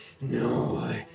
No